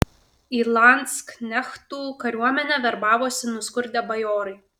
į landsknechtų kariuomenę verbavosi nuskurdę bajorai